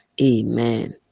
Amen